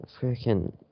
freaking